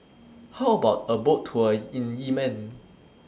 How about A Boat Tour in Yemen